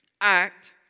act